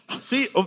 See